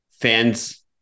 fans